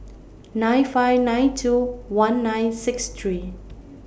nine five nine two one nine six three